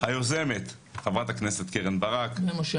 היוזמת חברת הכנסת קרן ברק ומשה